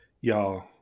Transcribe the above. y'all